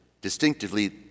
distinctively